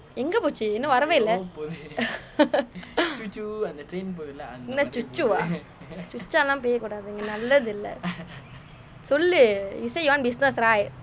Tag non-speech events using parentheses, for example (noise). எங்க போச்சு இன்னும் வரவே இல்லை:enga pochu innum varave illai (laughs) என்ன:enna (noise) ah சுச்சா எல்லாம் செய்ய கூடாது நல்லது இல்லை சொல்லு:chucha ellaam seyya kudaathu nallathu illai sollu you said you want business right